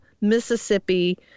Mississippi